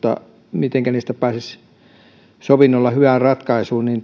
mitenkä niistä pääsisi sovinnolla hyvään ratkaisuun niin